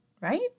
right